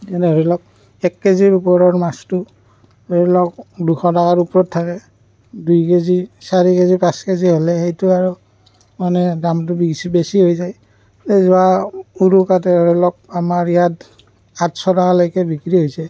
দিলে ধৰি লওক এক কে জিৰ ওপৰৰ মাছটো ধৰি লওক দুশ টকাৰ ওপৰত থাকে দুই কে জি চাৰি কে জি পাঁচ কে জি হ'লে সেইটো আৰু মানে দামটো বেছি বেছি হৈ যায় এই যোৱা উৰুকাতে ধৰি লওক আমাৰ ইয়াত আঠশ টকালৈকে বিক্ৰী হৈছে